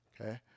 Okay